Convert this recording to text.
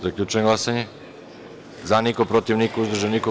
Zaključujem glasanje: za – niko, protiv – niko, uzdržanih – nema.